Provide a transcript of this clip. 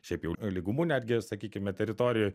šiaip jau lygumų netgi sakykime teritorijoj